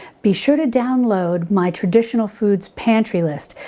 be sure to download my traditional foods pantry list.